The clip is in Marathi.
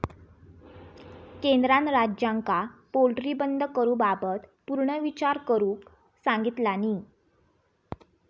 केंद्रान राज्यांका पोल्ट्री बंद करूबाबत पुनर्विचार करुक सांगितलानी